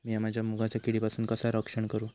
मीया माझ्या मुगाचा किडीपासून कसा रक्षण करू?